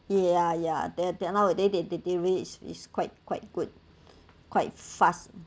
ya ya that that nowadays the delivery is quite quite good quite fast